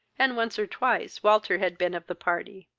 and once or twice walter had been of the party.